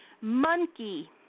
Monkey